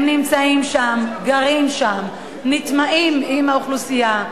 הם נמצאים שם, גרים שם, נטמעים באוכלוסייה,